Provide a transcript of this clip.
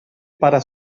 para